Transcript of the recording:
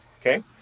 Okay